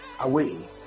away